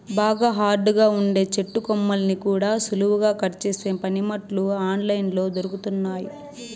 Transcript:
బాగా హార్డ్ గా ఉండే చెట్టు కొమ్మల్ని కూడా సులువుగా కట్ చేసే పనిముట్లు ఆన్ లైన్ లో దొరుకుతున్నయ్యి